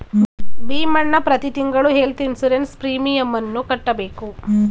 ಭೀಮಣ್ಣ ಪ್ರತಿ ತಿಂಗಳು health insurance ಪ್ರೀಮಿಯಮನ್ನು ಕಟ್ಟಬೇಕು